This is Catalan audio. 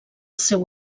seu